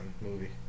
movie